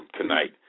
tonight